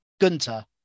Gunter